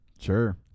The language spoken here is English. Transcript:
Sure